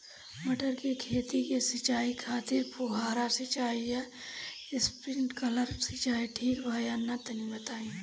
मटर के खेती के सिचाई खातिर फुहारा सिंचाई या स्प्रिंकलर सिंचाई ठीक बा या ना तनि बताई?